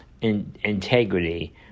integrity